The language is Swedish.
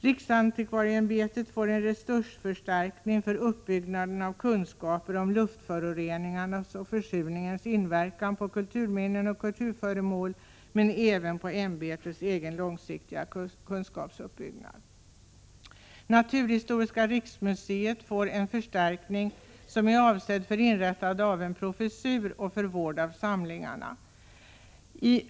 Riksantikvarieämbetet får en resursförstärkning för uppbyggnaden av kunskaper om luftföroreningarnas och försurningens inverkan på kulturminnen och kulturföremål samt för ämbetets långsiktiga kunskapsuppbyggnad i övrigt. Naturhistoriska riksmuseet får en förstärkning avsedd för inrättande av en professur samt för vård av samlingarna.